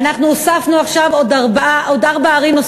ואנחנו הוספנו עוד ארבע ערים.